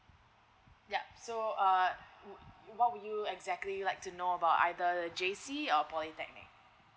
yup so err would what would you exactly like to know about either J_C or polytechnic